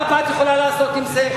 מה הבת יכולה לעשות עם זה?